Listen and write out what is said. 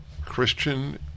Christian